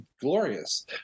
glorious